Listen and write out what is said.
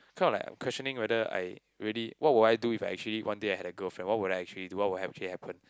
kind of like I'm questioning whether I really what would I do if I actually one day had a girlfriend what would I actually what will actually happen